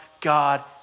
God